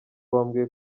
bambwiye